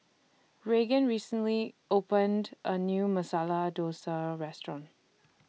Regan recently opened A New Masala Dosa Restaurant